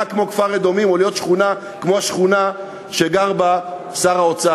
כמו כפר-אדומים או להיות שכונה כמו השכונה שגר בה שר האוצר.